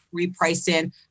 repricing